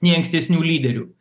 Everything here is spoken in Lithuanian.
nei ankstesnių lyderių